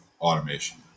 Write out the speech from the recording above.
automation